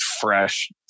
fresh